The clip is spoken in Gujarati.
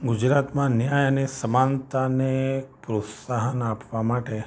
ગુજરાતમાં ન્યાય અને સમાનતાને પ્રોત્સાહન આપવા માટે